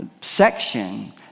section